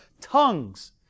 tongues